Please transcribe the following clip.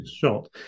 Shot